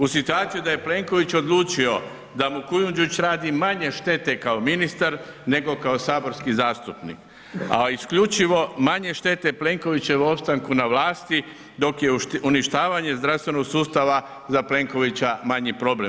U situaciju da je Plenković odlučio da mu Kujundžić radi manje štete kao ministar nego kao saborski zastupnik, a isključivo manje štete Plenkovićevom opstanku na vlasti dok je uništavanje zdravstvenog sustava za Plenkovića manji problem.